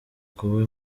kuba